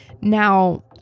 Now